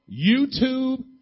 YouTube